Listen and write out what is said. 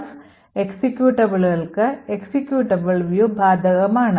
ELF എക്സിക്യൂട്ടബിളുകൾക്ക് executable view ബാധകമാണ്